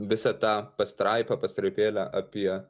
visą tą pastraipą pastraipėlę apie